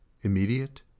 immediate